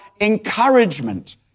encouragement